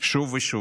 שוב ושוב